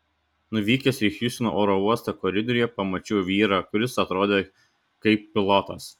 nuvykęs į hjustono oro uostą koridoriuje pamačiau vyrą kuris atrodė kaip pilotas